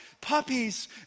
puppies